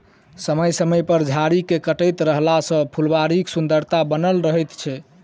समय समय पर झाड़ी के काटैत रहला सॅ फूलबाड़ीक सुन्दरता बनल रहैत छै